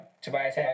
Tobias